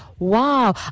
wow